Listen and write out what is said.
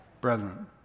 brethren